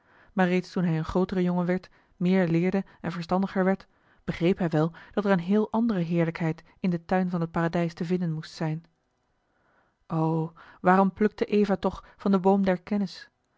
maar reeds toen hij een grootere jongen werd meer leerde en verstandiger werd begreep hij wel dat er een heel andere heerlijkheid in den tuis van het paradijs te vinden moest zijn o waarom plukte eva toch van den boom der kennis